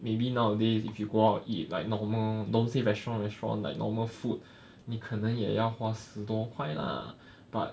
maybe nowadays if you go out eat like normal don't say restaurant restaurant like normal food 你可能也要花十多块 lah but